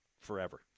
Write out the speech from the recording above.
forever